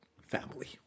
family